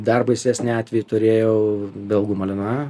dar baisesnį atvejį turėjau belgų malinua